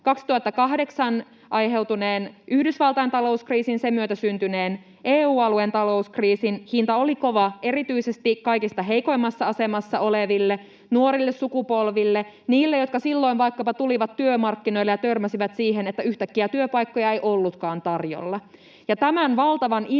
2008 aiheutuneen Yhdysvaltain talouskriisin ja sen myötä syntyneen EU-alueen talouskriisin hinta oli kova erityisesti kaikista heikoimmassa asemassa oleville, nuorille sukupolville, niille, jotka silloin vaikkapa tulivat työmarkkinoille ja törmäsivät siihen, että yhtäkkiä työpaikkoja ei ollutkaan tarjolla. Ja tämän valtavan